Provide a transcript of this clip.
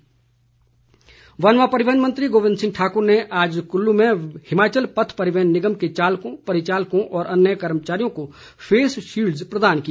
गोविंद वन व परिवहन मंत्री गोविंद ठाकुर ने आज कुल्लू में हिमाचल पथ परिवहन निगम के चालकों परिचालकों और अन्य कर्मचारियों को फेस शील्ड्स प्रदान की